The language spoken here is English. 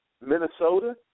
Minnesota